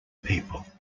people